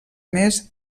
més